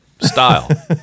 Style